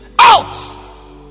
out